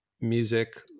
music